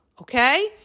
Okay